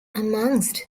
amongst